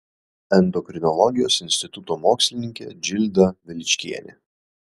endokrinologijos instituto mokslininkė džilda veličkienė